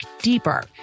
deeper